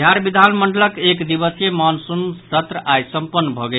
बिहार विधानमंडलक एक दिवसीय मॉनसून सत्र आइ संपन्न भऽ गेल